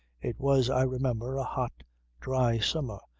it was, i remember, a hot dry summer,